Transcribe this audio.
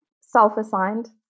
self-assigned